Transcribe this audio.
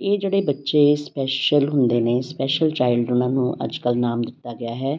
ਇਹ ਜਿਹੜੇ ਬੱਚੇ ਸਪੈਸ਼ਲ ਹੁੰਦੇ ਨੇ ਸਪੈਸ਼ਲ ਚਾਇਲਡ ਉਹਨਾਂ ਨੂੰ ਅੱਜ ਕੱਲ੍ਹ ਨਾਮ ਦਿੱਤਾ ਗਿਆ ਹੈ